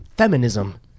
feminism